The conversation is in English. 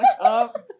up